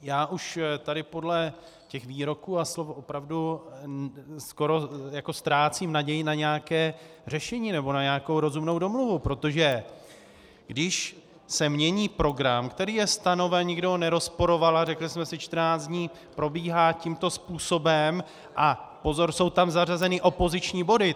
Já už tady podle těch výroků a slov opravdu skoro ztrácím naději na nějaké řešení nebo na nějakou rozumnou domluvu, protože když se mění program, který je stanoven, nikdo ho nerozporoval a řekli jsme si: 14 dní probíhá tímto způsobem a pozor, jsou tam zařazeny opoziční body.